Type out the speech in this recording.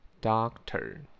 doctor